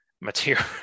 material